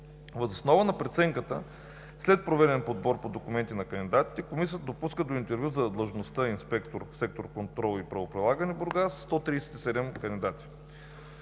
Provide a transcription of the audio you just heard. Въз основа на преценката, след проведен подбор по документи на кандидатите, Комисията допуска до интервю за длъжността „инспектор“ в сектор „Контрол и правоприлагане“ – Бургас, 137 кандидати.